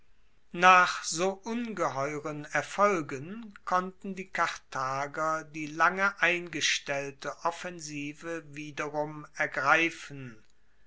nach so ungeheuren erfolgen konnten die karthager die lange eingestellte offensive wiederum ergreifen